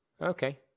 Okay